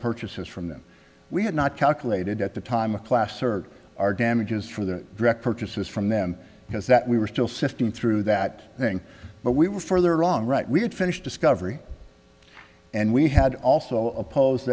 purchases from them we had not calculated at the time of class or our damages for the direct purchases from them because that we were still sifting through that thing but we were further wrong right we had finished discovery and we had also oppose